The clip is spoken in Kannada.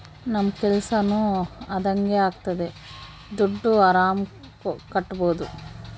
ನಮ್ ಕೆಲ್ಸನೂ ಅದಂಗೆ ಆಗ್ತದೆ ದುಡ್ಡು ಆರಾಮ್ ಕಟ್ಬೋದೂ